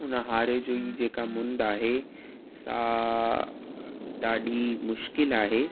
ऊन्हारे जी जेका मुंदि आहे सा ॾाढी मुशकिलु आहे